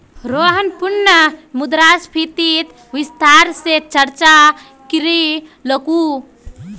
रोहन पुनः मुद्रास्फीतित विस्तार स चर्चा करीलकू